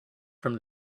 from